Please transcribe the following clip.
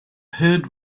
heard